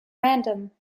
random